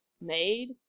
made